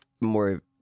more